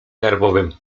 nerwowym